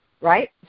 right